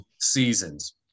seasons